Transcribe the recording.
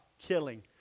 killing